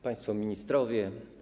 Państwo Ministrowie!